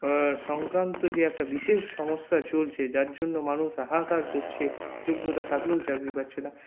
সংক্রান্ত যে একটা বিশেষ সমস্যা চলছে যার জন্য মানুষ হাহাকার করছে যোগ্যতা থাকলেও চাকরি পাচ্ছে না